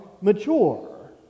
mature